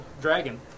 Dragon